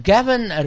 Gavin